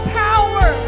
power